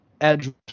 edge